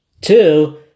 Two